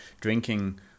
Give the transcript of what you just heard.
drinking